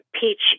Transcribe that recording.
Peach